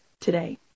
today